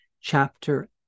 Chapter